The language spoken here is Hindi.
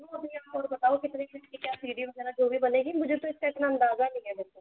और बताओ कितने फीट क्या सीढ़ी वगैरह जो भी बनेगी मुझे तो इसका इतना अंदाज नहीं है बिल्कुल